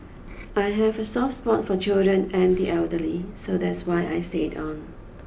I have a soft spot for children and the elderly so that's why I stayed on